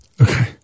Okay